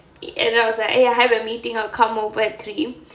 and I was like !haiya! I have a meeting I'll come over at three